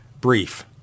brief